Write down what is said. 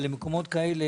במקומות כאלה